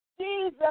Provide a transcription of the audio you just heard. Jesus